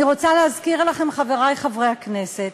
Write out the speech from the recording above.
אני רוצה להזכיר לכם, חברי חברי הכנסת,